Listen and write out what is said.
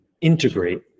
integrate